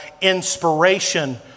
inspiration